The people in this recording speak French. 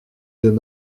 deux